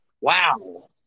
Wow